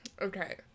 Okay